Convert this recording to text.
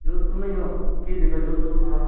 जोधपुर में ही हो किस जगह जोधपुर में आप